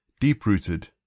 deep-rooted